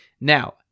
Now